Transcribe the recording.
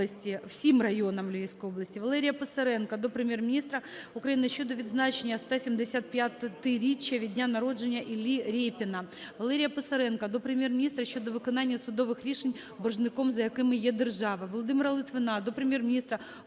всім районам Львівської області.